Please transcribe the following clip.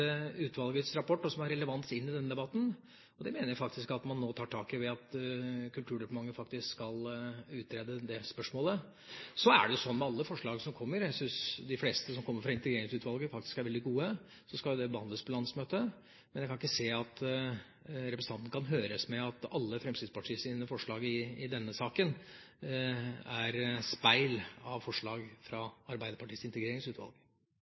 utvalgets rapport, og som har relevans inn i denne debatten. Og det mener jeg at man nå tar tak i ved at Kulturdepartementet skal utrede det spørsmålet. Så er det jo slik med alle forslag som kommer – jeg syns de fleste som kommer fra integreringsutvalget, er veldig gode – at de skal behandles på landsmøtet. Men jeg kan ikke se at representanten kan si at alle Fremskrittspartiets forslag i denne saken er speil av forslag fra Arbeiderpartiets integreringsutvalg.